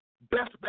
best